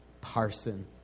parson